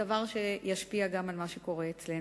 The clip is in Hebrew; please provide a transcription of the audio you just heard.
דבר שישפיע גם על מה שקורה אצלנו.